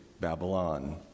Babylon